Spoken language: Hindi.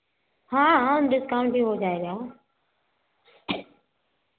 हाँ हाँ डिस्काउंट भी हो जाएगा